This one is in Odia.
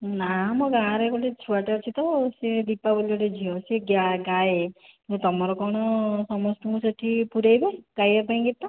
ନା ଆମ ଗାଁରେ ଗୋଟିଏ ଛୁଆଟିଏ ଅଛି ତ ସେ ଦୀପା ବୋଲି ଗୋଟିଏ ଝିଅ ସେ ଗାଏ ଯେ ତୁମର କ'ଣ ସମସ୍ତଙ୍କୁ ସେଠି ପୁରେଇବେ ଗାଇବା ପାଇଁ ଗୀତ